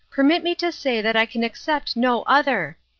permit me to say that i can accept no other.